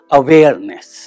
awareness